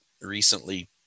recently